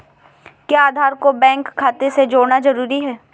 क्या आधार को बैंक खाते से जोड़ना जरूरी है?